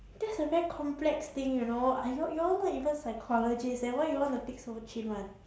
that's a very complex thing you know ah y'all y'all not even psychologist then why y'all wanna pick so chim [one]